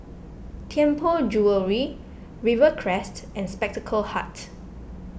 Tianpo Jewellery Rivercrest and Spectacle Hut